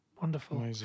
Wonderful